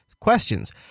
questions